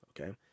okay